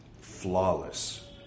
flawless